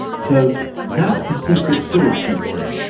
so that's the secret sauce, let's say.